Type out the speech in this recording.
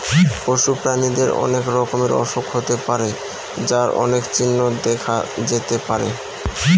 পশু প্রাণীদের অনেক রকমের অসুখ হতে পারে যার অনেক চিহ্ন দেখা যেতে পারে